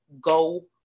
go